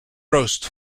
roast